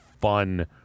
fun